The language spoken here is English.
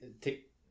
take